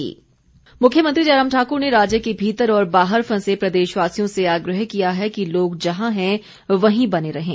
मुख्यमंत्री मुख्यमंत्री जयराम ठाकुर ने राज्य के भीतर और बाहर फंसे प्रदेशवासियों से आग्रह किया है कि लोग जहां हैं वहीं बने रहें